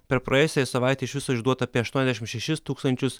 per praėjusią savaitę iš viso išduota apie aštuoniasdešimt šešis tūkstančius